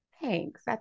Thanks